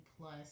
Plus